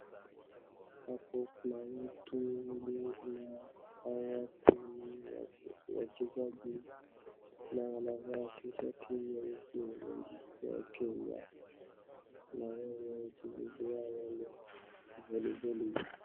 Hapo kuna watu wengi na hao watu ni wachezaji. Na wanavaa tishati nyeupe imeandikwa Kenya, na wao wachezaji wao volleyboli .